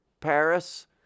Paris